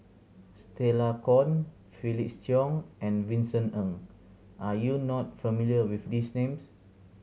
Stella Kon Felix Cheong and Vincent Ng are you not familiar with these names